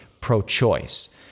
pro-choice